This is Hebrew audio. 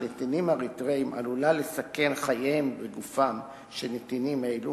נתינים אריתריאים עלול לסכן את חייהם וגופם של נתינים אלו,